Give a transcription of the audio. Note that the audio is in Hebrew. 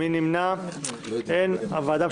נמנעים אין הרכב הוועדה אושר.